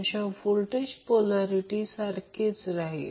96 milliampere मिळाला